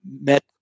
met